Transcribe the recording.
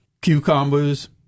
cucumbers